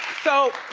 so,